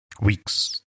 weeks